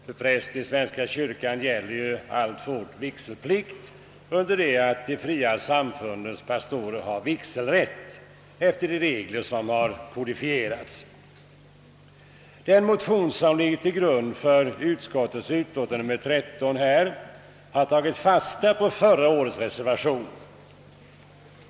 För präst i svenska kyrkan gäller ju alltfort vigselplikt, under det att de fria samfundens pastorer äger vigselrätt enligt de regler som har kodifierats. Den motion som ligger till grund för första lagutskottets utlåtande nr 13 har tagit fasta på förra årets reservation.